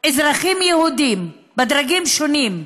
אזרחים יהודים בדרגים שונים,